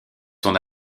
son